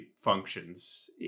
functions